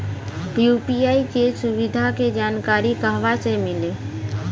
UPI के सुविधा के जानकारी कहवा से मिली?